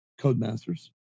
Codemasters